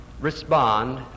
respond